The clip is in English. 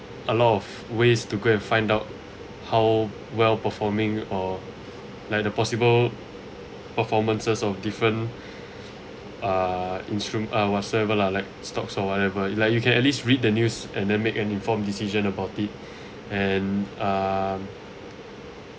a lot of ways to go and find out how well performing or like the possible performances of different err instrument or whatsoever lah like stocks or whatever you like you can at least read the news and then make an informed decision about it and uh um